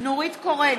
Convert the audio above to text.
נורית קורן,